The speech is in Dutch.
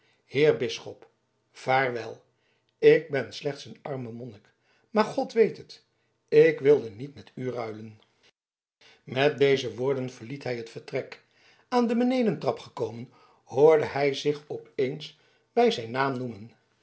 heer bisschop vaarwel ik ben slechts een arme monnik maar god weet het ik wilde niet met u ruilen met deze woorden verliet hij het vertrek aan de benedentrap gekomen hoorde hij zich op eens bij zijn naam noemen